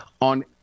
on